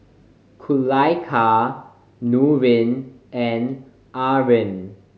Kulaikha Nurin and Amrin